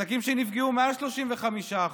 עסקים שנפגעו מעל 35%,